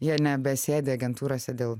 jie nebesėdi agentūrose dėl